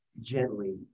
gently